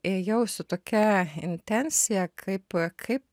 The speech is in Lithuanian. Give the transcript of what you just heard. ėjau su tokia intencija kaip kaip